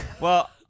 Well-